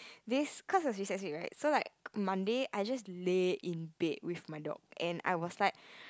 this cause it was recess week right so like Monday I just lay in bed with my dog and I was like